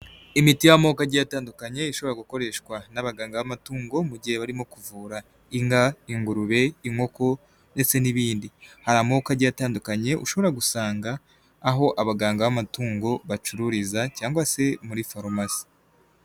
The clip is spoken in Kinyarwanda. Imiti y'amoko agitandukanye ishobora gukoreshwa n'abaganga b'amatungo mu gihe barimo kuvura: inka, ingurube, inkoko ndetse n'ibindi. Hari amoko agera agiye atandukanye ushobora gusanga, aho abaganga b'amatungo bacururiza cyangwa se muri foromasi.